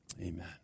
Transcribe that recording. Amen